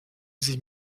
sie